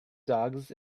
dogs